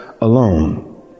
alone